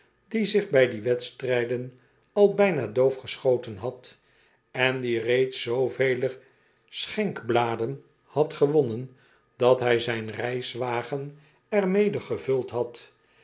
die zich bij die wedstrijden al bijna doof geschoten had en die reeds zoovele schenkbladen had gewonnen dat hij zyn re is wagen er mede gevuld had